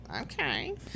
Okay